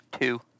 Two